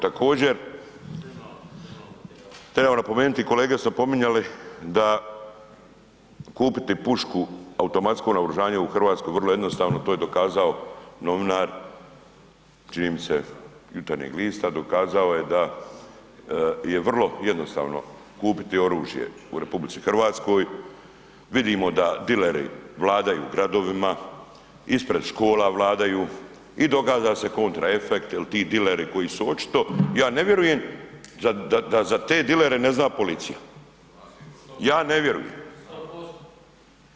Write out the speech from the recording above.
Također treba napomenuti i kolege su opominjali da kupiti pušku automatsku naoružanje u Hrvatskoj je vrlo jednostavno, to je dokazao novinar čini mi se Jutarnjeg lista, dokazao je da je vrlo jednostavno kupiti oružje u RH. vidimo da dileri vladaju gradovima, ispred škola vladaju i događa se kontraefekt jer ti dileri koji su očito ja ne vjerujem da za te dilere ne zna policija, ja ne vjerujem.